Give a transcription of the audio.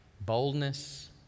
boldness